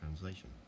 translation